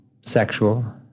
sexual